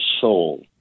soul